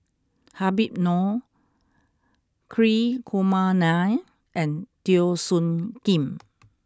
Habib Noh Hri Kumar Nair and Teo Soon Kim